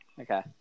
Okay